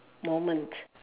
moment